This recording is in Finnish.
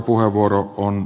arvoisa puhemies